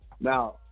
Now